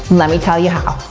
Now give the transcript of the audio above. let me tell you how.